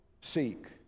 seek